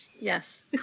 Yes